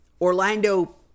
Orlando